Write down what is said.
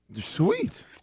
Sweet